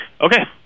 Okay